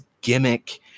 gimmick